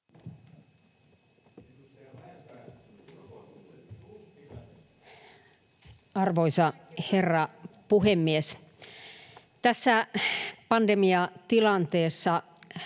Arvoisa herra puhemies! Tässä pandemiatilanteessa